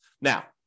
Now